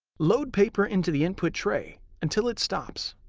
load paper into the input tray until it stops.